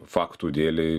faktų dėlei